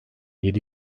yedi